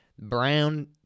brown